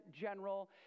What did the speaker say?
general